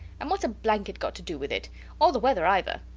and whats a blanket got to do with it or the weather either.